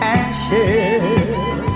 ashes